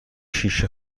شیشه